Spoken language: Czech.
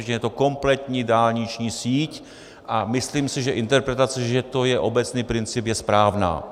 Je to dálniční síť, a myslím si, že interpretace, že to je obecný princip, je správná.